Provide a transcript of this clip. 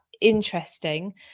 interesting